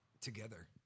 together